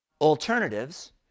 alternatives